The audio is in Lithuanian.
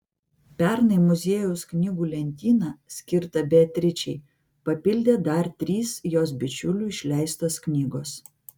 pernai muziejaus knygų lentyną skirtą beatričei papildė dar trys jos bičiulių išleistos knygos